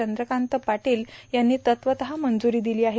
चंद्रकांत पाटील यांनी तत्वतः मंजूरी दिली आहे